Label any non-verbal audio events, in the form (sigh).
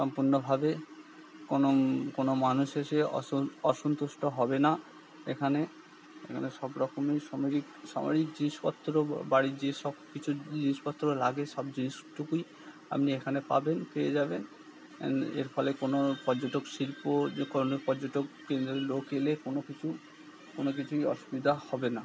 সম্পূর্ণভাবে কোনো কোনো মানুষ এসে অসন্তুষ্ট হবে না এখানে এখানে সব রকমের (unintelligible) জিনিসপত্র বাড়ির (unintelligible) সব কিছুই জিনিসপত্র লাগে সব জিনিসটুকুই আপনি এখানে পাবেন পেয়ে যাবেন (unintelligible) এর ফলে কোনো পর্যটক শিল্প কোনো পর্যটক (unintelligible) লোক এলে কোনো কিছু কোনো কিছুই অসুবিধা হবে না